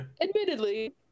admittedly